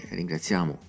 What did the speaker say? ringraziamo